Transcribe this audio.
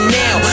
now